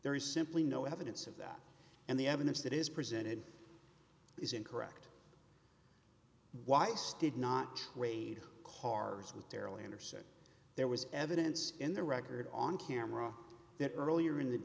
is simply no evidence of that and the evidence that is presented is incorrect weiss did not trade cars with daryl anderson there was evidence in the record on camera that earlier in the